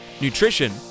nutrition